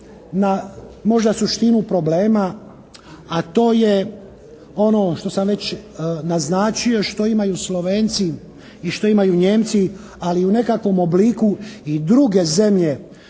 na možda suštinu problema, a to je ono što sam već naznačio, što imaju Slovenci i što imaju Nijemci, ali u nekakvom obliku i druge zemlje